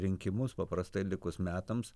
rinkimus paprastai likus metams